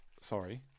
Sorry